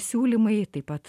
siūlymai taip pat